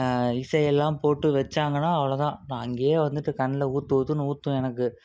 இசையெல்லாம் போட்டு வெச்சாங்கனா அவ்வளோ தான் நான் அங்கேயே வந்துட்டு கண்ணில் ஊற்று ஊற்றுனு ஊற்றும் எனக்கு